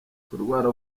kurwara